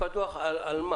על מה